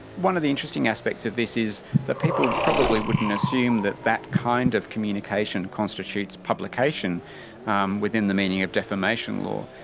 one of the interesting aspects of this is people probably wouldn't assume that that kind of communication constitutes publication um within the meaning of defamation law,